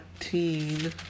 19